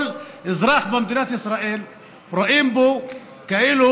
שכל אזרח במדינת ישראל רואה בו כאילו